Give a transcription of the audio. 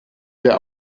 der